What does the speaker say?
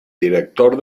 director